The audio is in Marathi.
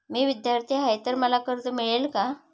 मी विद्यार्थी आहे तर मला कर्ज मिळेल का?